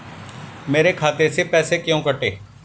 मेरे खाते से पैसे क्यों कटे?